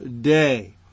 day